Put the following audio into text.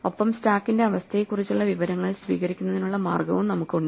ഒപ്പം സ്റ്റാക്കിന്റെ അവസ്ഥയെക്കുറിച്ചുള്ള വിവരങ്ങൾ സ്വീകരിക്കുന്നതിനുള്ള മാർഗവും നമുക്ക് ഉണ്ട്